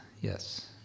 yes